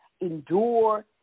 endure